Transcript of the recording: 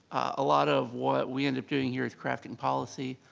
a lot of what we end up doing here is crafting policy